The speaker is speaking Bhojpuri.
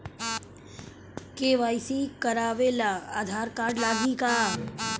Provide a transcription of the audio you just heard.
के.वाइ.सी करावे ला आधार कार्ड लागी का?